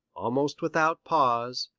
almost without pause,